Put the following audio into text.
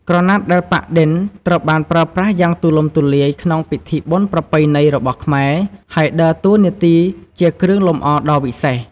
ក្រណាត់ដែលប៉ាក់-ឌិន ត្រូវបានប្រើប្រាស់យ៉ាងទូលំទូលាយក្នុងពិធីបុណ្យប្រពៃណីរបស់ខ្មែរ ហើយដើរតួនាទីជាគ្រឿងលម្អដ៏វិសេស។